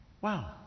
Wow